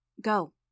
Go